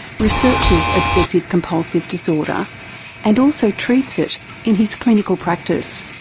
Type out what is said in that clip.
researches obsessive compulsive disorder and also treats it in his clinical practice.